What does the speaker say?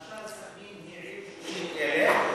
למשל סח'נין היא עיר של 30,000,